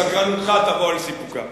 סקרנותך תבוא על סיפוקה,